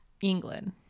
England